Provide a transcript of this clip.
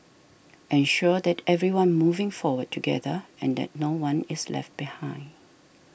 ensure that everyone moving forward together and that no one is left behind